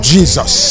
Jesus